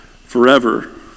forever